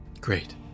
Great